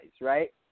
right